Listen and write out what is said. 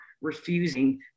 refusing